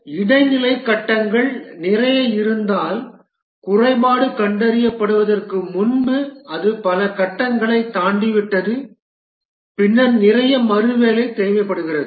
எனவே இடைநிலை கட்டங்கள் நிறைய இருந்தால் குறைபாடு கண்டறியப்படுவதற்கு முன்பு அது பல கட்டங்களைத் தாண்டிவிட்டது பின்னர் நிறைய மறுவேலை தேவைப்படுகிறது